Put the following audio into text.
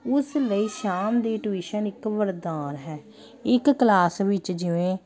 ਉਸ ਲਈ ਸ਼ਾਮ ਦੇ ਟਿਊਸ਼ਨ ਇੱਕ ਵਰਦਾਨ ਹੈ ਇਕ ਕਲਾਸ ਵਿੱਚ ਜਿਵੇਂ